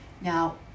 Now